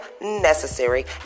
necessary